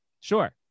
Sure